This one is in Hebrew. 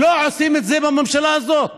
לא עושים את זה בממשלה הזאת.